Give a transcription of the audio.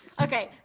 okay